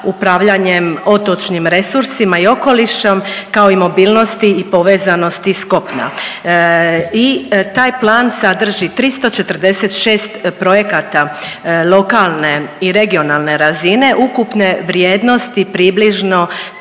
upravljanje otočnim resursima i okolišom kao i mobilnosti i povezanosti s kopna. I taj plan sadrži 346 projekata lokalne i regionalne razine ukupne vrijednosti približno